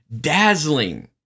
Dazzling